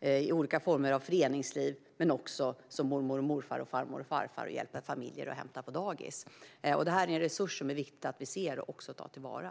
i olika former av föreningsliv och som mormor och morfar och farmor och farfar som hjälper familjer att hämta på dagis. Det här är en resurs som det är viktigt att vi ser och tar till vara.